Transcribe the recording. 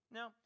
Now